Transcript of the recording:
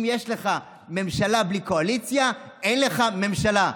אם יש לך ממשלה בלי קואליציה, אין לך ממשלה.